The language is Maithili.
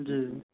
जी